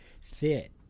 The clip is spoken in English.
fit